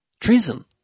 treason